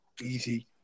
easy